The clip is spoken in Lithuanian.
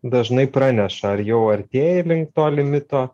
dažnai praneša ar jau artėji link to limito